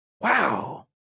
Wow